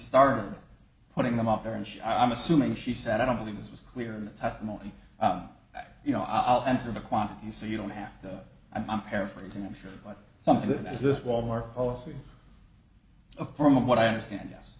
started putting them up there and i'm assuming she said i don't believe this was clear in the testimony you know i'll answer the quantity so you don't have to i'm paraphrasing i'm sure but something to this wal mart also of from what i understand yes